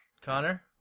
Connor